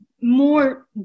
more